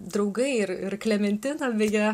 draugai ir ir klementina beje